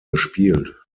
gespielt